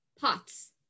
pots